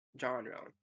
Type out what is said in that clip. genre